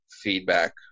feedback